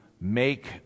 make